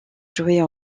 jouer